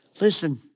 Listen